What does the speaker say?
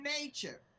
nature